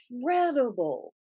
incredible